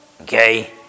Okay